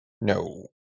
no